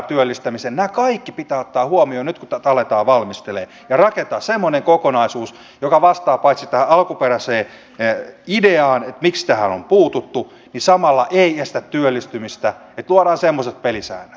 nämä kaikki pitää ottaa huomioon nyt kun tätä aletaan valmistelemaan ja rakentaa semmoinen kokonaisuus joka paitsi vastaa tähän alkuperäiseen ideaan miksi tähän on puututtu myös ei samalla estä työllistymistä tuodaan semmoiset pelisäännöt